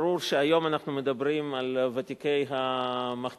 ברור שהיום אנחנו מדברים על ותיקי המחתרות.